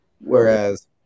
Whereas